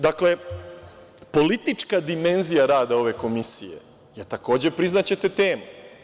Dakle, politička dimenzija rada ove komisije je, takođe, priznaćete, tema.